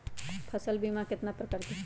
फसल बीमा कतना प्रकार के हई?